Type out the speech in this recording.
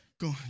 Go